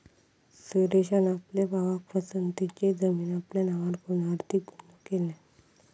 सुरेशान आपल्या भावाक फसवन तेची जमीन आपल्या नावार करून आर्थिक गुन्हो केल्यान